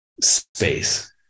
space